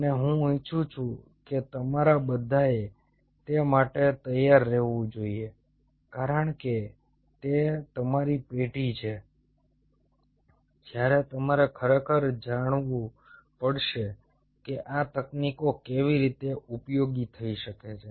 અને હું ઈચ્છું છું કે તમારા બધાએ તે માટે તૈયાર રહેવું જોઈએ કારણ કે તે તમારી પેઢી છે જ્યારે તમારે ખરેખર જાણવું પડશે કે આ તકનીકો કેવી રીતે ઉપયોગી થઈ શકે છે